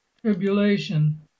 tribulation